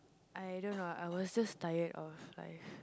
I don't know I was just tired of life